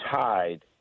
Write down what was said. tied